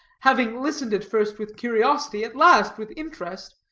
having listened at first with curiosity, at last with interest,